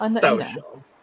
Social